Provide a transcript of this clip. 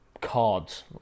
cards